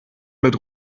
mit